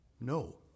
No